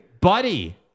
Buddy